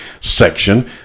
section